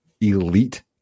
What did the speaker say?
elite